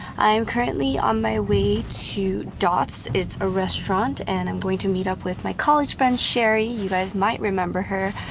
i'm currently on my way to dots. it's a restaurant, and i am going to meet up with my college friend sherry. you guys might remember her,